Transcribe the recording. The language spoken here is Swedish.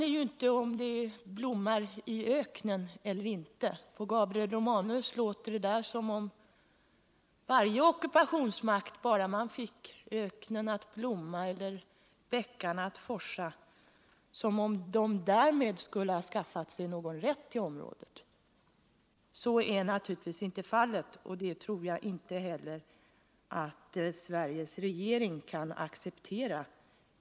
Den är inte om det blommar i öknen eller inte — på Gabriel Romanus låter det som om varje ockupationsmakt, bara den fick öknen att blomma eller bäckarna att forsa, därmed skulle ha skaffat sig rätt till området. Så är naturligtvis inte fallet, och en sådan ståndpunkt tror jag inte heller att Sveriges regering kan acceptera.